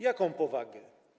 Jaką powagę?